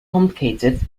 complicated